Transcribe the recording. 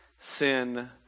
sin